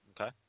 Okay